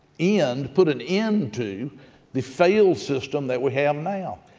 end put an end to the failed system that we have um now.